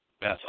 Beth